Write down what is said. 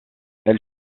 elle